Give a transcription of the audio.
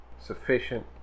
sufficient